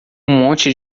monte